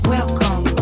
Welcome